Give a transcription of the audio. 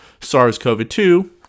SARS-CoV-2